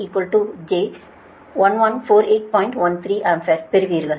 13 ampere பெறுவீர்கள்